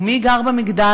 ומי גר במגדל?